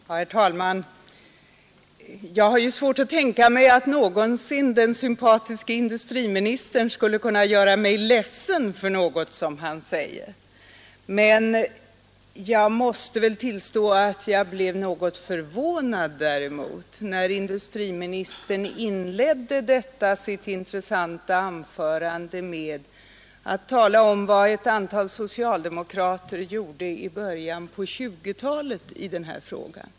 Torsdagen den Herr talman! Jag har svårt att tänka mig att den sympatiske 14:december 1972 industriministern skulle kunna göra mig ledsen för något som han säger. — Men jag måste tillstå att jag däremot blev något förvånad när industri Styrelserepresenta-" ministern inledde sitt intressanta anförande med att tala om vad ett antal tion för de ansocialdemokrater gjort i denna fråga på 1920-talet.